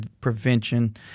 prevention